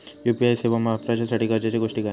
UPI सेवा वापराच्यासाठी गरजेचे गोष्टी काय?